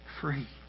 free